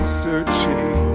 searching